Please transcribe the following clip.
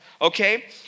okay